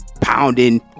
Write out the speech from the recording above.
pounding